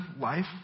life